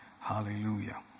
Hallelujah